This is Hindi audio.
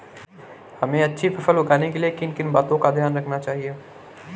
हमें अच्छी फसल उगाने में किन किन बातों का ध्यान रखना चाहिए?